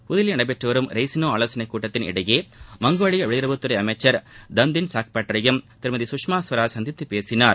புதுதில்லியில் நடைபெற்று வரும் ரெய்சினா ஆலோசனைக் கூட்டத்தின் இடையே மங்கோலிய வெளியுறவுத்துறை அமைச்சர் தம்தின் சாக்பாட்டரையும் திருமதி சுஷ்மா ஸ்வராஜ் சந்தித்து பேசினார்